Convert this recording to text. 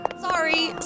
Sorry